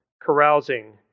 carousing